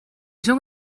zong